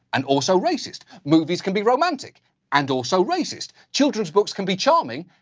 and also racist. movies can be romantic and also racist. children's books can be charming,